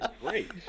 great